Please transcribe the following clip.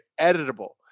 editable